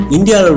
India